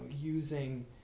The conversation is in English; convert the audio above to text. using